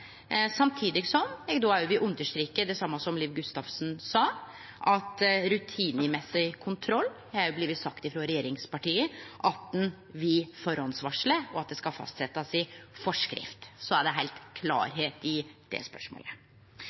Samtidig vil eg understreke det same som Liv Gustavsen sa, at når det gjeld rutinemessig kontroll, har regjeringspartia sagt at ein vil førehandsvarsle, og at det skal fastsetjast i forskrift. Så er det spørsmålet heilt klart. Regjeringspartia er kanskje ikkje heilt einige med seg sjølve i